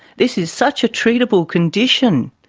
this is such a treatable condition,